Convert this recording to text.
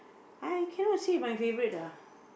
I cannot say my favourite ah